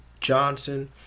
Johnson